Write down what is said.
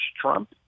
Trump